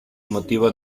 motivo